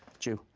jew.